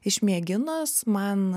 išmėginus man